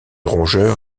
rongeur